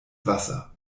wasser